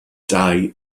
dau